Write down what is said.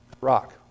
Rock